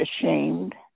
ashamed